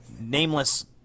nameless